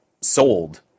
sold